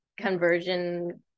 conversion